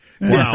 Wow